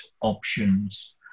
options